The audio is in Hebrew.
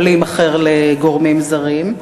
יכול להימכר לגורמים זרים?